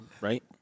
right